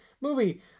movie